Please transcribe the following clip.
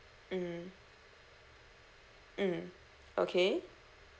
mm mm okay